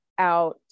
out